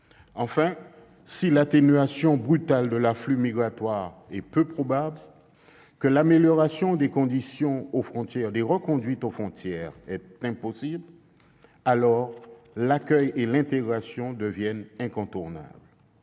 Enfin, si l'atténuation brutale de l'afflux migratoire est peu probable et l'amélioration des reconduites aux frontières impossible, alors l'accueil et l'intégration deviennent incontournables.